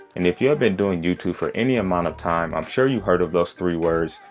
and if you have been doing youtube for any amount of time, i'm sure you heard of those three words.